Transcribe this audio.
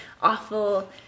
awful